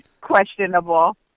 questionable